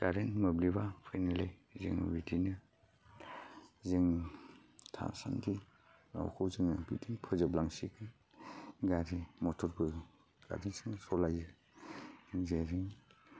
current मोब्लिबा फैनायलाय जोङो बिदिनो जों थासान्दि गावखौ जोङो बिदि फोजोब लांसैखाय गारि मथरबो कारेन्टजों सलायो जेरै